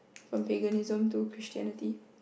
from paganism to Christianity